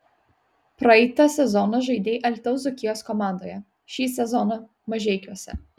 praeitą sezoną žaidei alytaus dzūkijos komandoje šį sezoną mažeikiuose